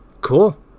Cool